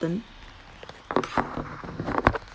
turn